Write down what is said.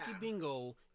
Bingo